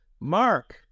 Mark